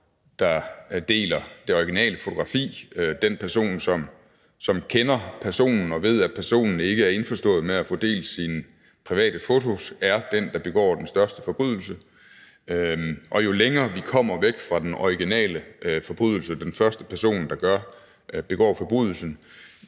der deler det originale fotografi, fordi den person, som kender offeret og ved, at offeret ikke er indforstået med at få delt sine private fotos, er den, der begår den største forbrydelse. Og jo længere vi kommer væk fra den originale forbrydelse, altså den første person, der begår forbrydelsen,